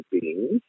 beings